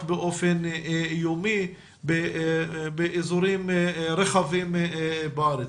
כמעט באופן יומי באזורים רחבים בארץ.